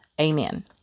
Amen